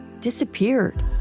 disappeared